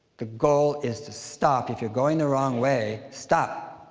the goal is to stop if you're going the wrong way, stop.